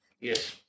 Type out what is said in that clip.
Yes